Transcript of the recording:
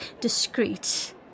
discreet